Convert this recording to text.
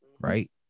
Right